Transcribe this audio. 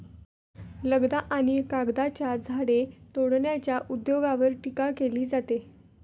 लगदा आणि कागदाच्या झाडे तोडण्याच्या उद्योगावर टीका केली जाते